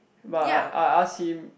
but I I ask him